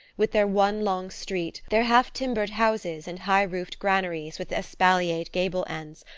with their one long street, their half-timbered houses and high-roofed granaries with espaliered gable-ends,